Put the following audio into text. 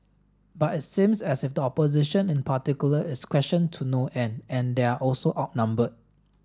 but it seems as if opposition in particular is questioned to no end and they're also outnumbered